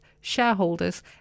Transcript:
shareholders